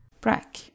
Brack